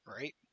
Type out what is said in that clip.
right